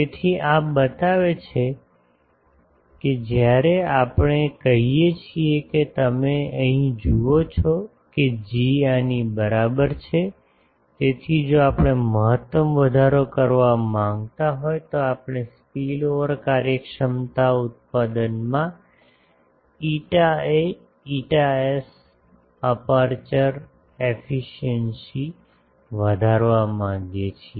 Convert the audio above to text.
તેથી આ બતાવે છે કે જ્યારે આપણે કહીએ છીએ કે અહીં તમે જુઓ છો કે જી આની બરાબર છે તેથી જો આપણે મહત્તમ વધારો કરવા માંગતા હોય તો આપણે સ્પિલઓવર કાર્યક્ષમતા ઉત્પાદનમાં ηA ηS અપેર્ચર એફિસિએંસી વધારવા માંગીએ છીએ